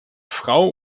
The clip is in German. frau